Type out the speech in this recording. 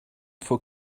for